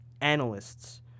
analysts